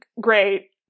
great